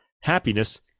happiness